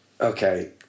okay